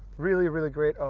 really, really great. oh,